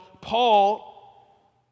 Paul